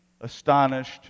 astonished